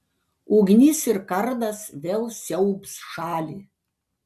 ugnis ir kardas vėl siaubs šalį